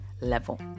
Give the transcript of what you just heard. level